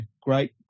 great